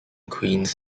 queens